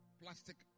plastic